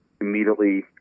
immediately